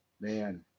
Man